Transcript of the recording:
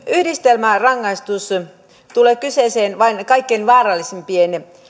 yhdistelmärangaistus tulee kyseeseen vain kaikkein vaarallisimpien